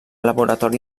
laboratori